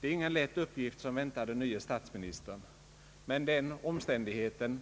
Det är ingen lätt uppgift som väntar den nye statsministern, men den omständigheten